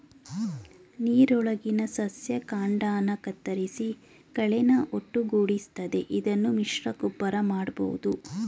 ನೀರೊಳಗಿನ ಸಸ್ಯ ಕಾಂಡನ ಕತ್ತರಿಸಿ ಕಳೆನ ಒಟ್ಟುಗೂಡಿಸ್ತದೆ ಇದನ್ನು ಮಿಶ್ರಗೊಬ್ಬರ ಮಾಡ್ಬೋದು